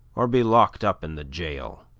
or be locked up in the jail.